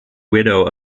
widow